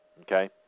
Okay